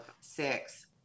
six